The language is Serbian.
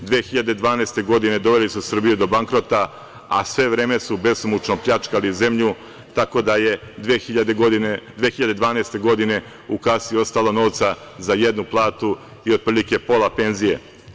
Godine 2012. doveli su Srbiju do bankrota, a sve vreme su besomučno pljačkali zemlju, tako da je 2012. godine u kasi ostalo novca za jednu platu i otprilike pola penzije.